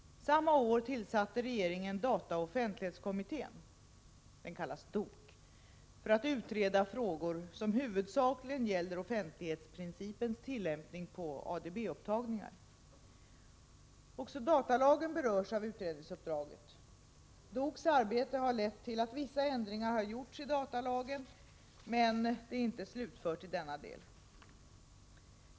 Samma år tillsatte regeringen dataoch offentlighetskommittén för att utreda frågor som huvudsakligen gäller offentlighetsprincipens tillämpning på ADB-upptagningar. Också datalagen berörs av utredningsuppdraget. DOK:s arbete har lett till att vissa ändringar gjorts i datalagen, men det är inte slutfört i den delen.